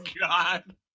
God